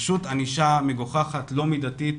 ענישה מגוחכת ולא מידתית.